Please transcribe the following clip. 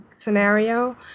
scenario